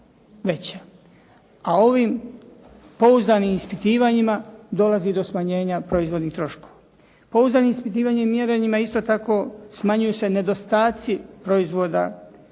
a ovim pouzdanim ispitivanjima dolazi do smanjenja proizvodnih troškova. Pouzdanim ispitivanjima i mjerenjima isto tako smanjuju se nedostaci proizvoda a